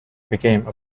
became